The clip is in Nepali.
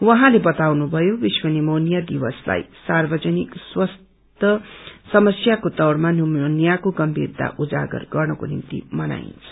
उहाँले वताउनुभयो विश्व निमोनिया दिवसलाई सार्वजनिक स्वास्थ्य समस्याको तौरमा निमोनियाको गम्बीरता उजागर गर्नेको निम्ति मनाइन्छ